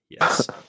Yes